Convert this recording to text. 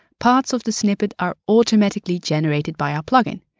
parts of the snippet are automatically generated by our plugin.